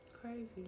crazy